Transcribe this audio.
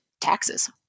taxes